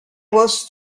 was